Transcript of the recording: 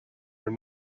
are